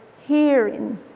hearing